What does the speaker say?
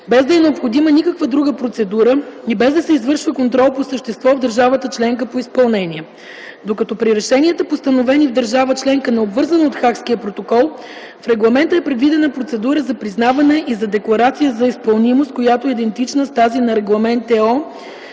без да е необходима никаква друга процедура и без да се извършва контрол по същество в държавата членка по изпълнение, докато при решенията, постановени в държава членка, необвързана от Хагския протокол, в регламента е предвидена процедура за признаване и за декларация за изпълнимост, която е идентична с тази на Регламент (ЕО)